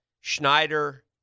Schneider